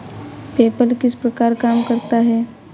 PayPal किस प्रकार काम करता है?